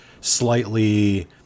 slightly